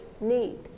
need